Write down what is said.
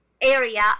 area